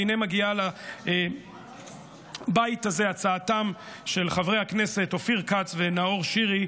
והינה מגיעה לבית הזה הצעתם של חברי הכנסת אופיר כץ ונאור שירי,